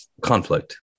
conflict